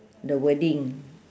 the wording